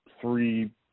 three